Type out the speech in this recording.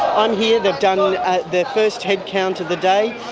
i'm here, they've done their first head count of the day,